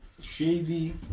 Shady